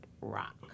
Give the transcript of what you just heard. rock